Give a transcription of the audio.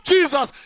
Jesus